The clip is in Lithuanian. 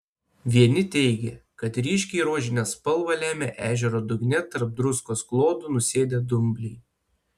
vieni teigė kad ryškiai rožinę spalvą lemia ežero dugne tarp druskos klodų nusėdę dumbliai